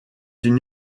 une